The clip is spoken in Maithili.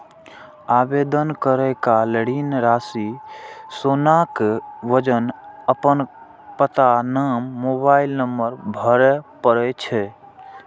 आवेदन करै काल ऋण राशि, सोनाक वजन, अपन पता, नाम, मोबाइल नंबर भरय पड़ै छै